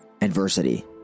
adversity